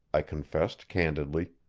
i confessed candidly.